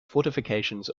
fortifications